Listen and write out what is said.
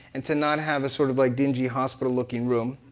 and to not have a sort of like dingy, hospital-looking room.